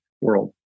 world